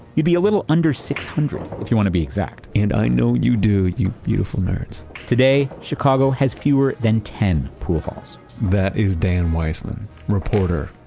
you'd be a little under six hundred if you want to be exact and i know you do, you beautiful nerds today, chicago has fewer than ten pool halls that is dan weissmann reporter,